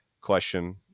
question